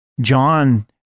John